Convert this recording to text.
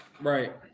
Right